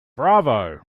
bravo